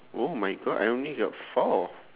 oh my god I only got four